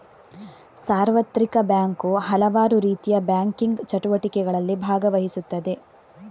ಸಾರ್ವತ್ರಿಕ ಬ್ಯಾಂಕು ಹಲವಾರುರೀತಿಯ ಬ್ಯಾಂಕಿಂಗ್ ಚಟುವಟಿಕೆಗಳಲ್ಲಿ ಭಾಗವಹಿಸುತ್ತದೆ